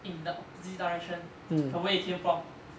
in the opposite direction from where it came from